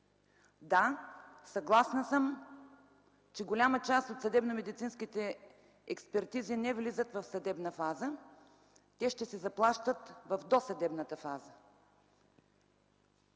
Да, съгласна съм, че голяма част от съдебно-медицинските експертизи не влизат в съдебна фаза. Те ще се заплащат в досъдебната фаза.